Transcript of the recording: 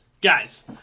guys